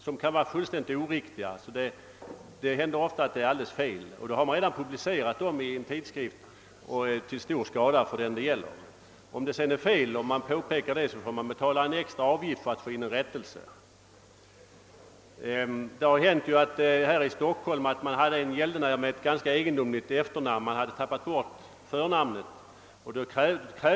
Det händer ofta att dessa uppgifter är alldeles felaktiga, men då har man redan publicerat dem i en tidskrift till stor skada för de personer det gäller. Om vederbörande sedan påpekar felet måste han betala en extra avgift för att få in en rättelse. Här i Stockholm hade en firma en gäldenär med ett ganska ovanligt efternamn, men man hade tappat bort förnamnet.